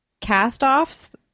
cast-offs